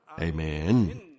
Amen